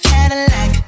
Cadillac